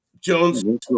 jones